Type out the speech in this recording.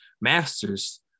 master's